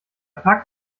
parkt